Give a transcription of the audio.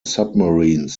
submarines